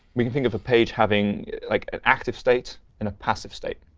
we can think of a page having like an active state and a passive state.